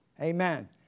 Amen